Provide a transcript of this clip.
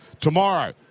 tomorrow